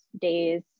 days